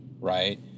right